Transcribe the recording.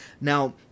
Now